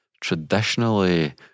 traditionally